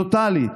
טוטלית.